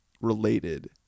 related